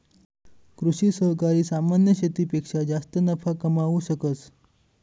कृषि सहकारी सामान्य शेतीपेक्षा जास्त नफा कमावू शकस